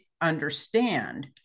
understand